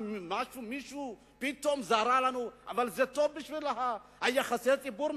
אבל זה טוב בשביל יחסי הציבור,